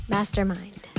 Mastermind